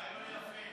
רעיון יפה.